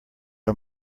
our